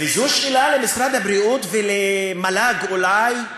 וזו שאלה למשרד הבריאות ולמל"ג, אולי: